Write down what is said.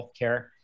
healthcare